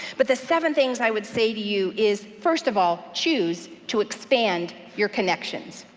but the seven things i would say to you is first of all choose to expand your connections.